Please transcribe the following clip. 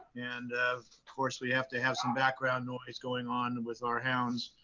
and of course we have to have some background noise going on with our hounds.